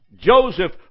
Joseph